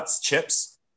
Chips